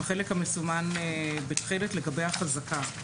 החלק המסומן בתכלת לגבי החזקה.